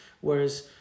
whereas